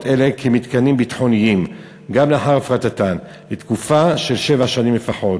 אלה כמתקנים ביטחוניים גם לאחר הפרטתן לתקופה של שבע שנים לפחות.